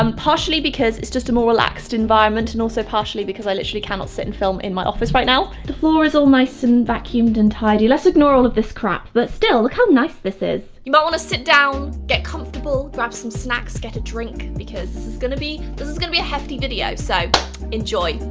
um partially because it's just a more relaxed environment and also partially because i literally cannot sit and film in my office right now! the floor is all nice and vacuumed and tidy. let's ignore all of this crap, but still, look how nice this is! you might want to sit down, get comfortable, grab some snacks, get a drink, because this is gonna be, this is gonna be a hefty video. so enjoy.